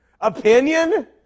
opinion